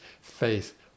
faith